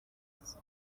قرمز